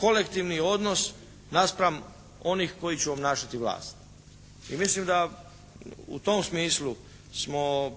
kolektivni odnos naspram onih koji će obnašati vlast. I mislim da u tom smislu smo